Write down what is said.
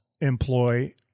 employ